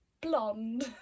blonde